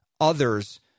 others